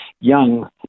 young